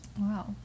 Wow